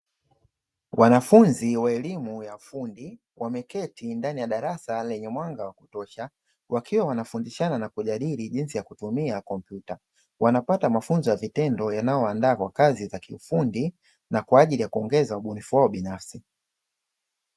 Wanafunzi wa elimu ya ufundi, wameketi ndani ya darasa lenye mwanga wakutosha; wakiwa wanafundishana na kujadili jinsi ya kutumia kompyuta. Wanapata mafunzo ya vitendo yanayowaandaa kwa kazi za kiufundi na kwa ajili ya kuongeza ubunifu wao binafsi.